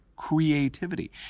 creativity